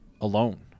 alone